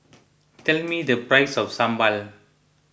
tell me the price of Sambal